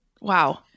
Wow